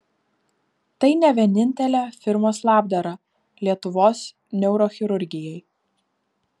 tai ne vienintelė firmos labdara lietuvos neurochirurgijai